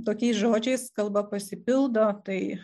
tokiais žodžiais kalba pasipildo tai